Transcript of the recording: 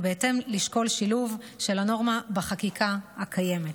בהתאם, לשקול שילוב של הנורמה בחקיקה הקיימת.